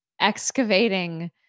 excavating